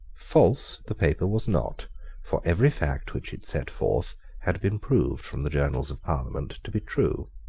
false the paper was not for every fact which it set forth had been proved from the journals of parliament to be true.